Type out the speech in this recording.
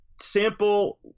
simple